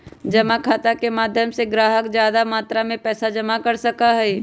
जमा खाता के माध्यम से ग्राहक ज्यादा मात्रा में पैसा जमा कर सका हई